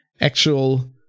actual